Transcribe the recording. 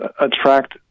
attract